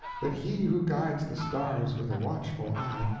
but he who guides the stars with a watchful eye,